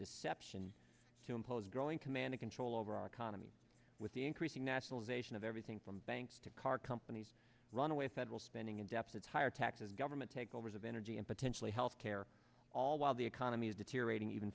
deception to impose growing command of control over our economy with the increasing nationalization of everything from banks to car companies runaway federal spending and deficits higher taxes government takeovers of energy and potentially health care all while the economy is deteriorating even